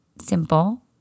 Simple